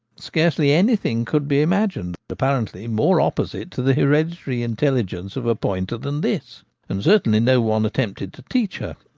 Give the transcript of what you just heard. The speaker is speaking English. scarcely anything could be imagined apparently more opposite to the hereditary intelligence of a pointer than this and certainly no one attempted to teach her,